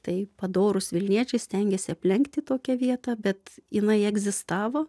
tai padorūs vilniečiai stengėsi aplenkti tokią vietą bet jinai egzistavo